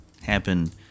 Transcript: happen